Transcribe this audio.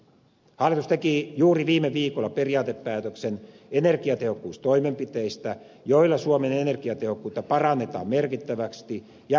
hallitus teki juuri viime viikolla peri aatepäätöksen energiatehokkuustoimenpiteistä joilla suomen energiatehokkuutta parannetaan merkittävästi ja energian kulutus käännetään laskuun